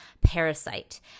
Parasite